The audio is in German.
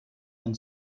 von